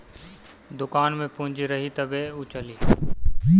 दुकान में पूंजी रही तबे उ चली